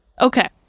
Okay